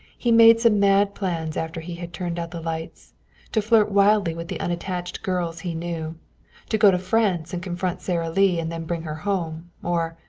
he made some mad plans after he had turned out the lights to flirt wildly with the unattached girls he knew to go to france and confront sara lee and then bring her home. or